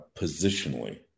positionally